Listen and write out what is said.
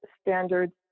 standards